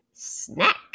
snack